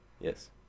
Yes